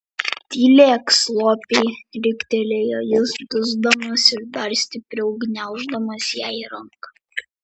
tylėk slopiai riktelėjo jis dusdamas ir dar stipriau gniauždamas jai ranką